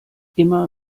immer